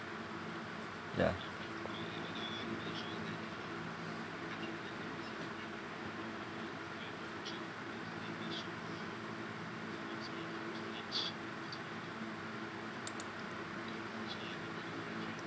ya